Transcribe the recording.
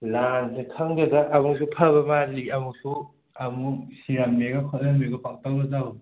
ꯂꯥꯟꯁꯦ ꯈꯪꯗꯦꯗ ꯑꯃꯨꯛꯁꯨ ꯐꯕ ꯃꯥꯜꯂꯤ ꯑꯃꯨꯛꯁꯨ ꯑꯃꯨꯛ ꯁꯤꯔꯝꯃꯦꯒ ꯈꯣꯠꯂꯝꯃꯦꯒ ꯄꯪꯇꯧꯗ ꯇꯧꯋꯤ